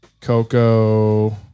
Coco